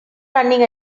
running